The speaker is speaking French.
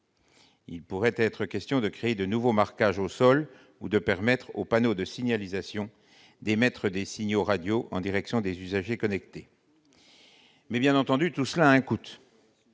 Il pourrait être question de créer de nouveaux marquages au sol ou de permettre aux panneaux de signalisation d'émettre des signaux radio à destination des usagers connectés. Mais, bien entendu, tout cela un coût